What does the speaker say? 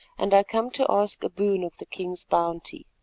and i come to ask a boon of the king's bounty.